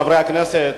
חברי הכנסת,